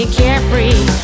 carefree